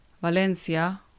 Valencia